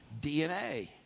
DNA